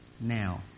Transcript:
now